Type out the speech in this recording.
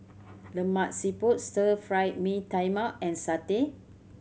Lemak Siput Stir Fry Mee Tai Mak and satay